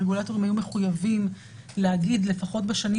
הרגולטורים היו מחויבים להגיד לפחות בשנים